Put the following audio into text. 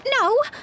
No